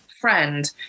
friend